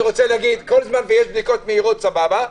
כל זמן שיש בדיקות מהירות, סבבה.